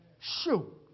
Shoot